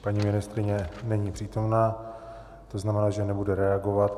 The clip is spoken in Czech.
Paní ministryně není přítomná, to znamená, že nebude reagovat.